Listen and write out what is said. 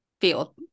field